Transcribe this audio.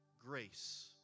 Grace